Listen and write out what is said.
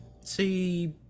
See